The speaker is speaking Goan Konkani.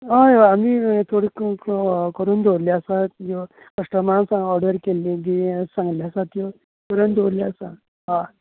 हय हय आमी थोडी क क करून दवरली आसा ज्यो कश्टमरान ऑर्डर केल्ली सागलें आसा त्यो आसा त्यो करून दवल्ल्यो आसा हय